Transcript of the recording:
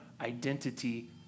identity